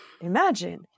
imagine